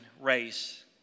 race